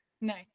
Nice